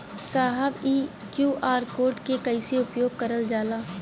साहब इ QR code के कइसे उपयोग करल जाला?